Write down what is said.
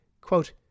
Quote